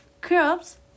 crops